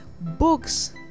books